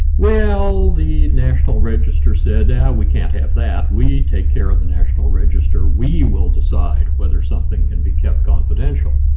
well the national register said, now yeah we can't have that, we take care of the national register, we will decide whether something can be kept confidential.